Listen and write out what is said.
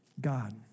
God